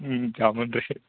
ಹ್ಞೂ ಜಾಮೂನ್ ರೀ